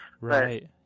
right